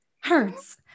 hurts